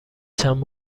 چند